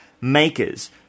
Makers